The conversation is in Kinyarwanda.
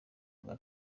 bwa